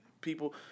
People